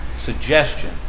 suggestion